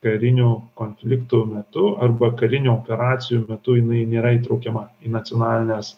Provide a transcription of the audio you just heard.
karinių konfliktų metu arba karinių operacijų metu jinai nėra įtraukiama į nacionalines